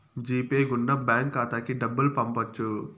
G pay గుండా bank ఖాతాకి డబ్బులు పంపొచ్చు